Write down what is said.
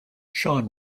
shawn